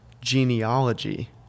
genealogy